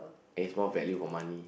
and is more value for money